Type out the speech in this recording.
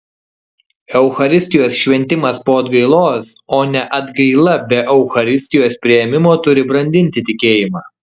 eucharistijos šventimas po atgailos o ne atgaila be eucharistijos priėmimo turi brandinti tikėjimą